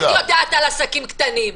מה את יודעת על עסקים קטנים?